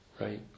right